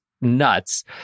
nuts